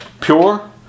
Pure